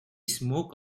smoke